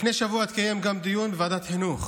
לפני שבוע התקיים גם דיון בוועדת החינוך